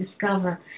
discover